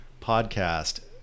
podcast